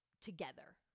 together